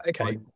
okay